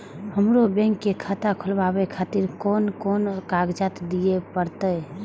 हमरो बैंक के खाता खोलाबे खातिर कोन कोन कागजात दीये परतें?